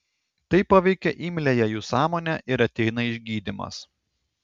tai paveikia imliąją jų sąmonę ir ateina išgydymas